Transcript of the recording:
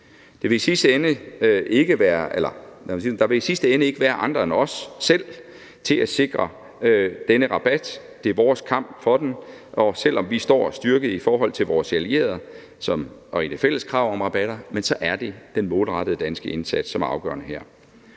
Der vil i sidste ende ikke være andre end os selv til at sikre denne rabat, det er vores kamp for den, og selv om vi står styrket i forhold til vores allierede og i det fælles krav om rabatter, er det den målrettede danske indsats, som er afgørende her.